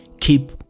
keep